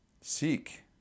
Seek